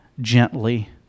gently